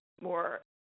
more